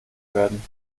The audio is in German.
werden